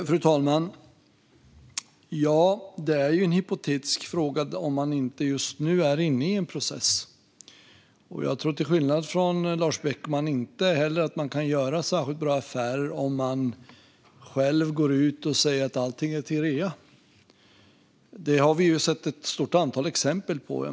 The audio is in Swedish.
Fru talman! Ja, det är en hypotetisk fråga, eftersom man just nu inte är inne i en process. Jag tror, till skillnad från Lars Beckman, inte att man kan göra särskilt bra affärer om man går ut och säger att allting säljs på rea. Det har vi sett ett stort antal exempel på.